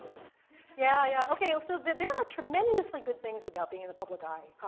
yeah yeah okay. ah so there there are tremendously good things about being in the public eye.